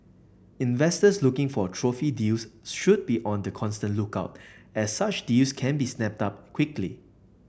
investors looking for trophy deals should be on the constant lookout as such deals can be snapped up quickly